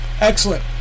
Excellent